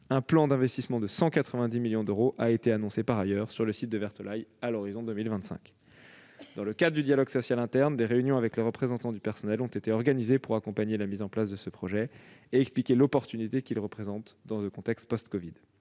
Un plan d'investissement de 190 millions d'euros a été annoncé par ailleurs sur le site de Vertolaye à l'horizon 2025. Dans le cadre du dialogue social interne, des réunions avec les représentants du personnel ont été organisées pour accompagner la mise en place de ce projet et expliquer l'opportunité qu'il représente dans un contexte post-covid.